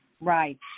Right